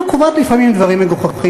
זה מגוחך.